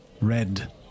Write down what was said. red